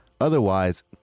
Otherwise